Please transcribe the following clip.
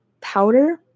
powder